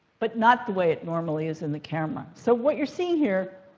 but not the way it normally is in the camera. so what you're seeing here